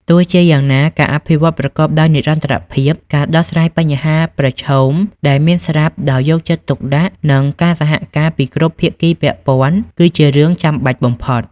ទោះជាយ៉ាងណា ការអភិវឌ្ឍប្រកបដោយនិរន្តរភាព ការដោះស្រាយបញ្ហាប្រឈមដែលមានស្រាប់ដោយយកចិត្តទុកដាក់ និងការសហការពីគ្រប់ភាគីពាក់ព័ន្ធ គឺជារឿងចាំបាច់បំផុត។